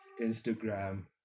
Instagram